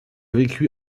vécu